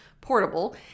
portable